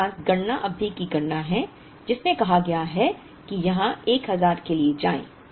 हमारे पास गणना अवधि की गणना है जिसमें कहा गया है कि यहां 1000 के लिए जाएं